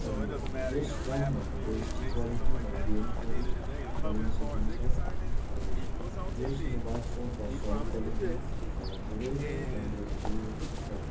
अनि यस फोनमा एचडी क्वालिटीमा गेमहरू खेल्न सकिन्छ अनि यस मोबाइल फोनका साउन्ड क्वालिटी मलाई धेरै नै राम्रो लागेको छ